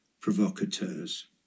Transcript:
provocateurs